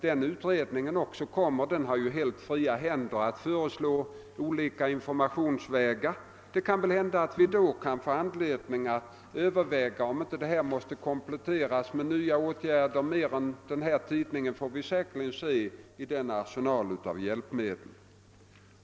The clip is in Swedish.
Den utredningen har helt fria händer att föreslå olika informationsvägar, och när den utredningen framlägger sitt betänkande kanske vi får anledning överväga om inte den nuvarande informationen måste kompletteras med andra åtgärder. Den tidning vi här diskuterar blir då säkerligen ett av medlen i en hel arsenal hjälpmedel.